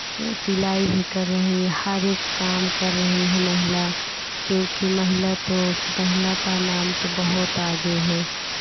सिलाई भी कर रही है हर एक काम कर रही है महिला क्योंकि महिला तो महिला का नाम तो बहुत आगे है